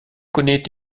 connaît